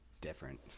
Different